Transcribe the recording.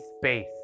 space